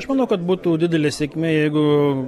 aš manau kad būtų didelė sėkmė jeigu